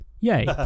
Yay